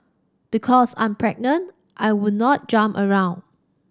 because I'm pregnant I would not jump around